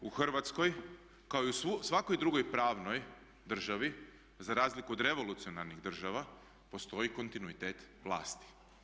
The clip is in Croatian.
U Hrvatskoj kao i u svakoj drugoj pravnoj državi za razliku od revolucionarnih država postoji kontinuitet vlasti.